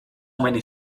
many